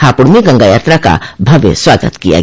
हापुड़ में गंगा यात्रा का भव्य स्वागत किया गया